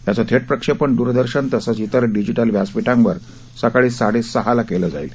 याचं थेट प्रक्षेपण द्रदर्शन तसंच इतर डिजिटल व्यासपीठांवर सकाळी साडेसहाला केलं जाईल